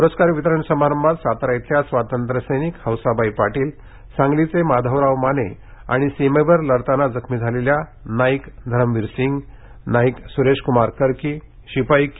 पुरस्कार वितरण समारंभात सातारा इथल्या स्वातंत्र्य सैनिक हौसाबाई पाटील सांगलीचे माधवराव माने आणि सीमेवर लढतांना जखमी झालेल्या नाईक धरमवीर सिंग नाईक सुरेश कुमार कर्की शिपाई के